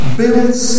builds